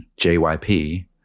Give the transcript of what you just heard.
JYP